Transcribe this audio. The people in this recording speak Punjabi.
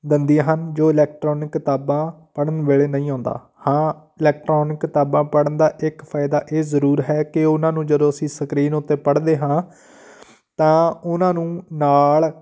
ਬਣਦੀਆਂ ਹਨ ਜੋ ਇਲੈਕਟ੍ਰੋਨਿਕ ਕਿਤਾਬਾਂ ਪੜ੍ਹਨ ਵੇਲੇ ਨਹੀਂ ਆਉਂਦਾ ਹਾਂ ਇਲੈਕਟ੍ਰੋਨਿਕ ਕਿਤਾਬਾਂ ਪੜ੍ਹਨ ਦਾ ਇੱਕ ਫ਼ਾਇਦਾ ਇਹ ਜ਼ਰੂਰ ਹੈ ਕਿ ਉਹਨਾਂ ਨੂੰ ਜਦੋਂ ਅਸੀਂ ਸਕਰੀਨ ਉੱਤੇ ਪੜ੍ਹਦੇ ਹਾਂ ਤਾਂ ਉਹਨਾਂ ਨੂੰ ਨਾਲ